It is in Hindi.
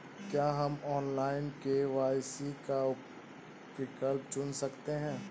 क्या हम ऑनलाइन के.वाई.सी का विकल्प चुन सकते हैं?